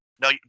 No